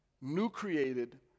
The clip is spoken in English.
new-created